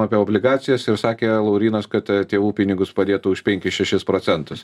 apie obligacijas ir sakė laurynas kad tėvų pinigus padėtų už penkis šešis procentus